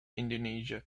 indonesia